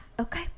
okay